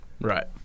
Right